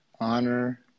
Honor